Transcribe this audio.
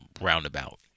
roundabout